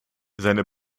seine